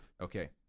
Okay